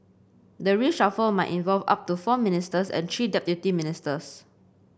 the reshuffle might involve up to four ministers and three deputy ministers